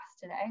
today